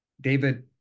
david